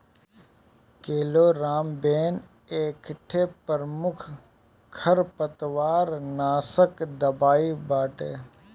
chloramben एकठे प्रमुख खरपतवारनाशक दवाई बाटे